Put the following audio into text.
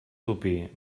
topí